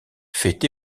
fait